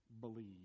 Believe